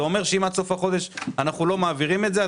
זה אומר שאם עד סוף החודש אנו לא מעבירים את זה,